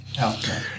Okay